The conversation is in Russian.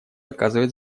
оказывает